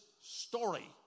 story